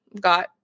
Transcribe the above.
got